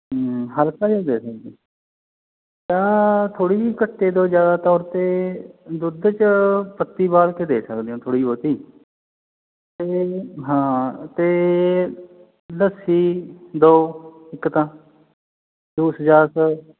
ਹਲਕਾ ਜਾ ਦੇ ਦਿੰਦੇ ਚਾਹ ਥੋੜ੍ਹੀ ਜਿਹੀ ਘੱਟ ਦਿਓ ਜ਼ਿਆਦਾ ਤੌਰ 'ਤੇ ਦੁੱਧ 'ਚ ਪੱਤੀ ਉਬਾਲ ਕੇ ਦੇ ਸਕਦੇ ਹੋ ਥੋੜ੍ਹੀ ਬਹੁਤੀ ਅਤੇ ਹਾਂ ਅਤੇ ਲੱਸੀ ਦਿਉ ਇੱਕ ਤਾਂ ਜੂਸ ਜਾਸ